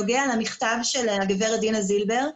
נוגע למכתב של הגברת דינה זילבר,